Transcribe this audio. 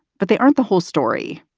but they aren't the whole story.